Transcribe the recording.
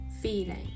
feeling